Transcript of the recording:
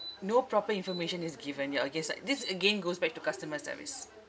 no proper information is given ya I guess like this again goes back to customer service